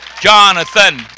Jonathan